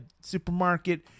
supermarket